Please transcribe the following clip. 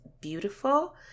beautiful